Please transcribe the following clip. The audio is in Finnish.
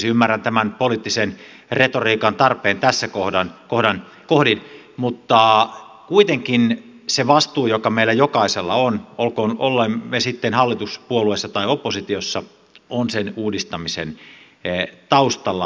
ymmärrän tämän poliittisen retoriikan tarpeen tässä kohdin mutta kuitenkin se vastuu joka meillä jokaisella on olemme sitten hallituspuolueessa tai oppositiossa on sen uudistamisen taustalla ja takana